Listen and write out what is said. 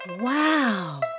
Wow